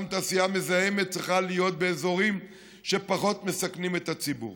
גם תעשייה מזהמת צריכה להיות באזורים שפחות מסכנים את הציבור,